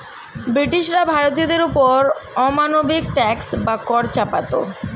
ব্রিটিশরা ভারতীয়দের ওপর অমানবিক ট্যাক্স বা কর চাপাতো